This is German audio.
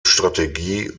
strategie